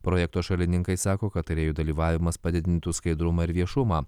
projekto šalininkai sako kad tarėjų dalyvavimas padidintų skaidrumą ir viešumą